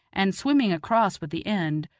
and, swimming across with the end,